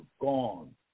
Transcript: gone